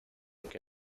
que